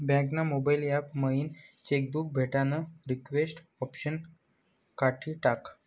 bank ना mobile app मयीन cheque book भेटानं रिक्वेस्ट ऑप्शन काढी टाकं